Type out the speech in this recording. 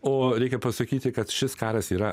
o reikia pasakyti kad šis karas yra